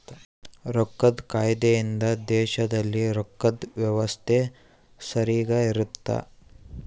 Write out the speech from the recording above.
ರೊಕ್ಕದ್ ಕಾಯ್ದೆ ಇಂದ ದೇಶದಲ್ಲಿ ರೊಕ್ಕದ್ ವ್ಯವಸ್ತೆ ಸರಿಗ ಇರುತ್ತ